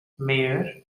mayer